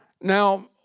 Now